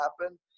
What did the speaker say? happen